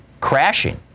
crashing